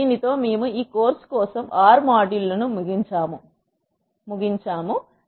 దీనితో మేము ఈ కోర్సు కోసం R మాడ్యూల్ను ముగించాము